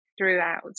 throughout